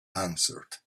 answered